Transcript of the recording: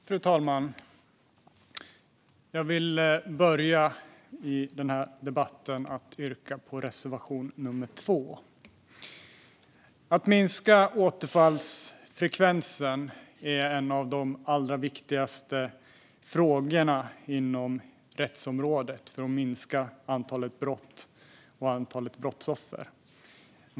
Fru talman! Jag vill börja med att yrka bifall till reservation nummer 2. Att minska återfallsfrekvensen är en av de allra viktigaste frågorna inom rättsområdet när det gäller att minska antalet brott och antalet brottsoffer.